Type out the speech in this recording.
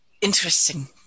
interesting